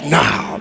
now